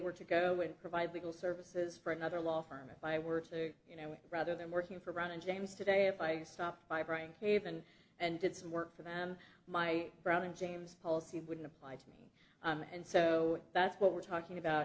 were to go and provide legal services for another law firm if i were you know rather than working for ron and james today if i stopped by brian haven and did some work for them my friend james policy wouldn't apply to me and so that's what we're talking about